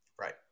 Right